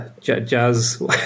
Jazz